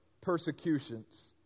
persecutions